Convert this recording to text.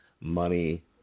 money